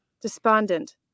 Despondent